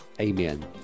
Amen